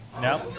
No